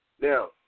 Now